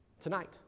Tonight